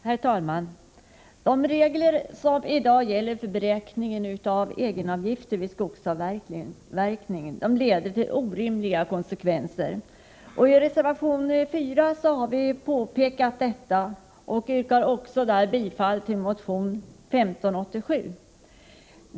Herr talman! De regler som i dag gäller för beräkning av egenavgifter vid skogsavverkning leder till orimliga konsekvenser. I reservation 4 påpekar vi detta, och jag yrkar där bifall till motion 1587.